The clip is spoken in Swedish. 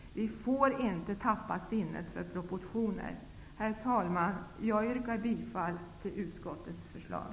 Vi får inte tappa sinnet för proportioner. Herr talman! Jag yrkar bifall till utskottets förslag.